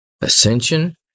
ascension